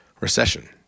recession